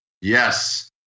Yes